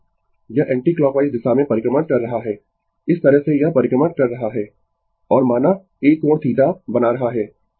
यह एंटीक्लॉकवाइज दिशा में परिक्रमण कर रहा है इस तरह से यह परिक्रमण कर रहा है और माना एक कोण θ बना रहा है